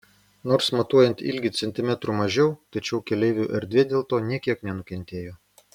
nors matuojant ilgį centimetrų mažiau tačiau keleivių erdvė dėl to nė kiek nenukentėjo